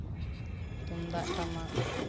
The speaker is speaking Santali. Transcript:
ᱛᱩᱢᱫᱟᱜ ᱴᱟᱢᱟᱠ